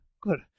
good